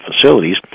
facilities